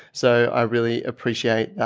so i really appreciate yeah